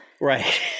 Right